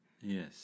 Yes